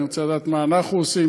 אני רוצה לדעת מה אנחנו עושים,